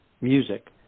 music